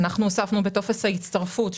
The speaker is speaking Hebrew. אנחנו הוספנו בטופס ההצטרפות,